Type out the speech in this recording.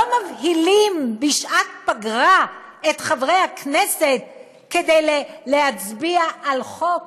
לא מבהילים בשעת פגרה את חברי הכנסת כדי להצביע על חוק